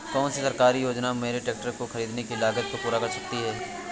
कौन सी सरकारी योजना मेरे ट्रैक्टर को ख़रीदने की लागत को पूरा कर सकती है?